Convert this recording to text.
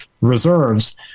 reserves